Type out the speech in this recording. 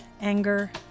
anger